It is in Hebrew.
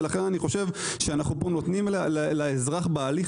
ולכן אני חושב שאנחנו נותנים לאזרח בהליך